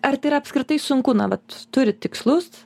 ar tai yra apskritai sunku na vat turit tikslus